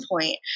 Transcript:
point